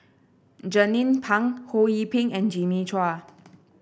Jernnine Pang Ho Yee Ping and Jimmy Chua